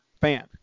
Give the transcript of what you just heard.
fan